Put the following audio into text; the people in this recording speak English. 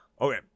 Okay